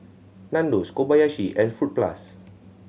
Nandos Kobayashi and Fruit Plus